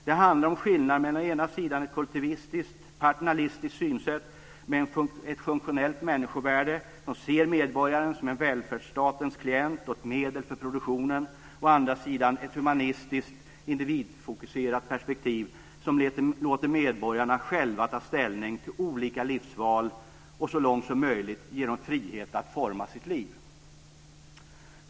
Det handlar om skillnader mellan å ena sidan ett kollektivistiskt, paternalistiskt synsätt med ett funktionellt människovärde som ser medborgaren som en välfärdsstatens klient och ett medel för produktion, å andra sidan ett humanistiskt individfokuserat perspektiv som låter medborgarna själva ta ställning till olika livsval och så långt som möjligt ger dem frihet att forma sina liv.